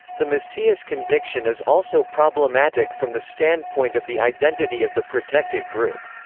the macias conviction is also problematic from the standpoint of the identity of the protected group.